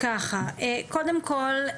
קודם כול,